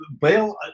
bail